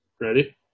ready